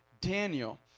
Daniel